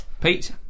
Pete